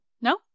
No